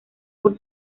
por